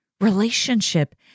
relationship